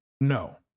no